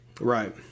Right